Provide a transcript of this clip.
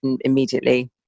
immediately